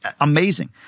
amazing